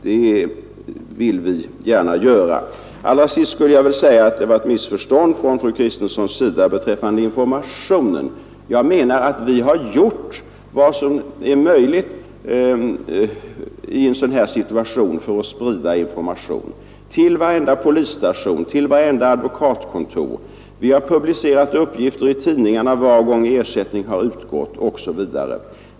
Jag vill till sist säga att fru Kristensson gjorde sig skyldig till ett missförstånd beträffande informationen. Jag anser att vi har gjort vad som är möjligt i en sådan här situation för att sprida information till varje polisstation och till varje advokatkontor. Vi har publicerat uppgifter i tidningarna varje gång ersättning har utgått osv.